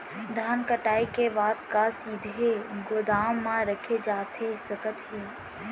धान कटाई के बाद का सीधे गोदाम मा रखे जाथे सकत हे?